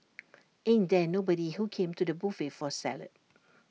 ain't there nobody who came to the buffet for salad